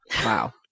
Wow